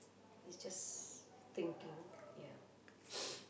it's just thinking yeah